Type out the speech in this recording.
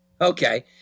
okay